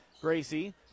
Gracie